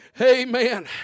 amen